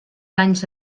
anys